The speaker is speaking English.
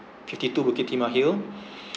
fifty two bukit timah hill